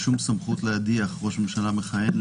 שום סמכות להדיח ראש ממשלה מכהן.